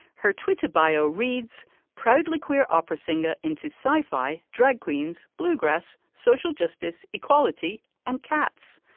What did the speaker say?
her twitter bio reads proudly queer opera singer into sci fi, drag queens, bluegrass, social justice, equality and cats.